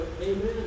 Amen